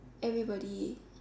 everybody